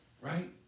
Right